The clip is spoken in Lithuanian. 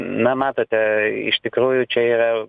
na matote iš tikrųjų čia yra